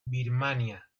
birmania